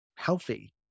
Healthy